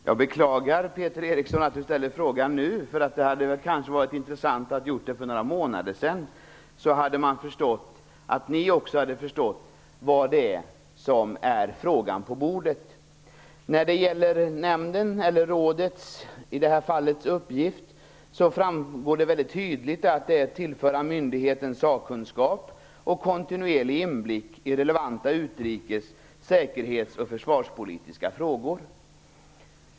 Fru talman! Jag beklagar att Peter Eriksson ställer den frågan nu och inte för några månader sedan. Då hade vi kunnat se till att ni också hade förstått vilken fråga det är vi har på bordet. När det gäller rådets uppgift framgår det väldigt tydligt att det är att tillföra myndigheten sakkunskap och kontinuerlig inblick i relevanta utrikes ,säkerhets och försvarspolitiska frågor.